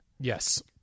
Yes